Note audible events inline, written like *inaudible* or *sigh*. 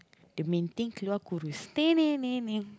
the main thing keluar kurus *noise*